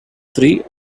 three